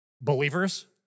believers